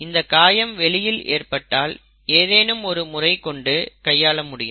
இந்த காயம் வெளியில் ஏற்பட்டால் ஏதேனும் ஒரு முறையைக் கொண்டு கையாள முடியும்